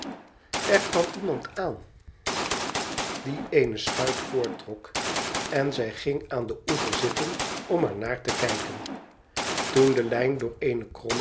er kwam iemand aan die eene schuit voorttrok en zij ging aan den oever zitten om er naar te kijken toen de lijn door eene